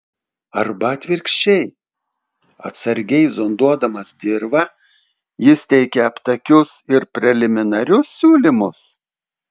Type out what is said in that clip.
arba atvirkščiai atsargiai zonduodamas dirvą jis teikia aptakius ir preliminarius siūlymus